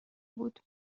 بود